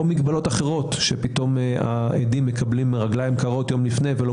מגבלות אחרות שפתאום העדים מקבלים רגליים קרות יום לפני ולא